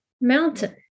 mountain